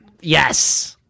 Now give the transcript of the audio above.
Yes